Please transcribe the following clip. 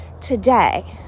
today